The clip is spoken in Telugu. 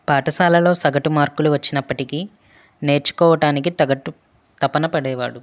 పాఠశాలలో సగటు మార్కులు వచ్చినప్పటికి నేర్చుకోవటానికి తగటు తపన పడేవాడు